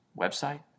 website